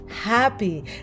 happy